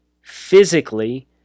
physically